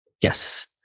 yes